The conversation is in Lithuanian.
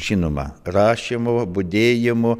žinoma rašymu budėjimu